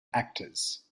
actors